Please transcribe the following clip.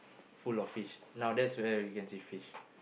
full of fish now that's where we can see fish